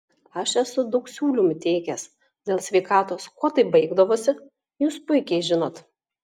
aš esu daug siūlymų teikęs dėl sveikatos kuo tai baigdavosi jūs puikiai žinot